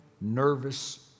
nervous